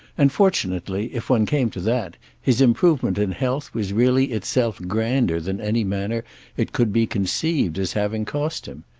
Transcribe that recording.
and fortunately, if one came to that, his improvement in health was really itself grander than any manner it could be conceived as having cost him.